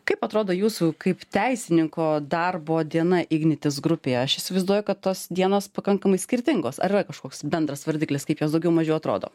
kaip atrodo jūsų kaip teisininko darbo diena ignitis grupėje aš įsivaizduoju kad tos dienos pakankamai skirtingos ar yra kažkoks bendras vardiklis kaip jos daugiau mažiau atrodo